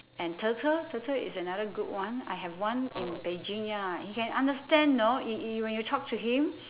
and turtle turtle is another good one I have one in beijing ya he can understand know when you you talk to him